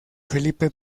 felipe